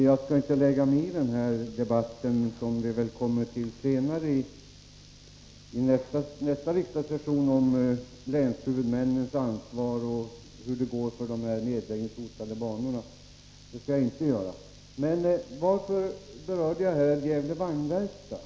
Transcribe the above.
Fru talman! Jag skall inte lägga mig i debatten om länshuvudmännens ansvar och om hur det går för de nedläggningshotade banorna. Den debatten får vi väl ta upp senare — vid nästa riksdagssession. Varför berörde jag i mitt anförande Gävle Vagnverkstad?